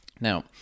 Now